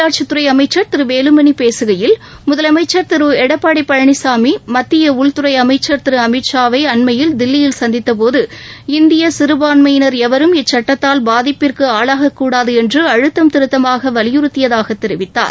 உள்ளாட்சித் துறை அமைச்சர் திரு வேலுமணி பேசுகையில் முதலமைச்சர் திரு எடப்பாடி பழனிசாமி மத்திய உள்துறை அமைச்சர் திரு அமித்ஷாவை அண்மையில் தில்லியில் சந்தித்தபோது இந்திய சிறுபான்மையினர் எவரும் இச்சட்டத்தால் பாதிப்பிற்கு ஆளாகக்கூடாது என்று அழுத்தம் திருத்தமாக வலியுறுத்தியதாக தெரிவித்தார்